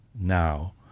now